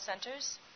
centers